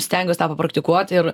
stengiuos tą papraktikuoti ir